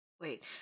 wait